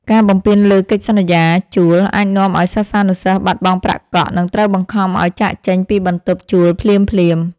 ការបំពានលើកិច្ចសន្យាជួលអាចនាំឱ្យសិស្សានុសិស្សបាត់បង់ប្រាក់កក់និងត្រូវបង្ខំឱ្យចាកចេញពីបន្ទប់ជួលភ្លាមៗ។